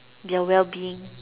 they're well being